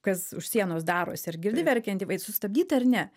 kas už sienos darosi ar girdi verkiantį vai sustabdyt ar ne